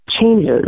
changes